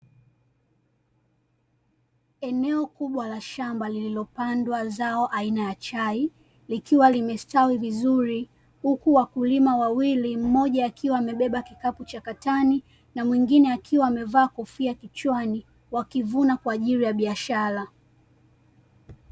Eneo kubwa la shamba lililopandwa zao aina ya chai, likiwa limestawi vizuri huku wakulima wawili, mmoja akiwa amebeba kikapu cha katani, na mwingine akiwa amevaa kofia kichwani wakivuna kwa ajili ya baisahara.